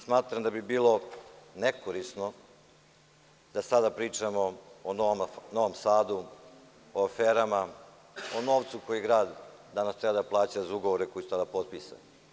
Smatram da bi bilo nekorisno da sada pričamo o Novom Sadu, o aferama, o novcu koji grad danas treba da plaća za ugovore koji su tada potpisani.